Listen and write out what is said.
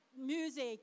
music